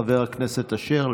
לחבר הכנסת אשר,